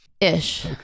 Ish